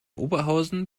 oberhausen